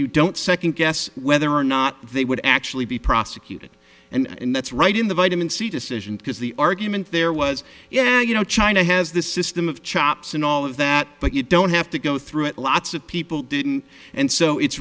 you don't second guess whether or not they would actually be prosecuted and that's right in the vitamin c decision because the argument there was yeah you know china has this system of chops and all of that but you don't have to go through it lots of people didn't and so it's